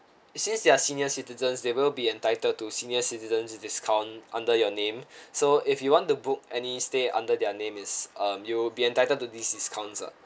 since they're senior citizens they will be entitled to senior citizens discount under your name so if you want to book any stay under their name is uh you'll be entitled to these discounts ah